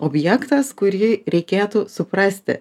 objektas kurį reikėtų suprasti